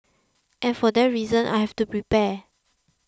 and for that reason I have to prepare